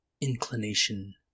inclination